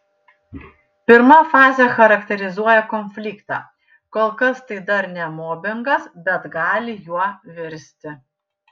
pirma fazė charakterizuoja konfliktą kol kas tai dar ne mobingas bet gali juo virsti